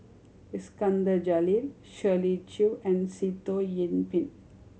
Iskandar Jalil Shirley Chew and Sitoh Yih Pin